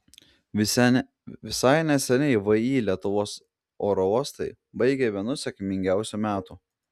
visai neseniai vį lietuvos oro uostai baigė vienus sėkmingiausių metų